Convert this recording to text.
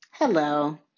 Hello